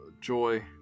Joy